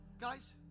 guys